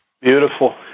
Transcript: beautiful